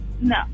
No